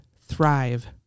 thrive